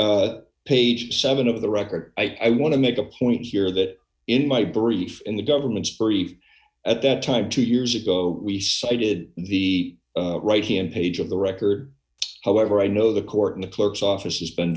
mean page seven of the record i want to make a point here that in my brief in the government's brief at that time two years ago we cited the right hand page of the record however i know the court in the clerk's office has been